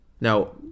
now